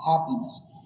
happiness